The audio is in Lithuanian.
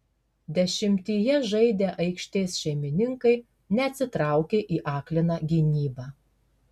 dešimtyje žaidę aikštės šeimininkai neatsitraukė į akliną gynybą